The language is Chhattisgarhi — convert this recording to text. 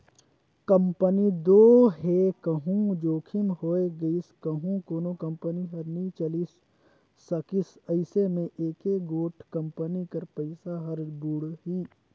कंपनी दो हे कहों जोखिम होए गइस कहों कोनो कंपनी हर नी चले सकिस अइसे में एके गोट कंपनी कर पइसा हर बुड़ही